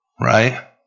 right